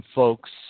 folks